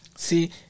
See